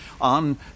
on